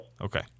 Okay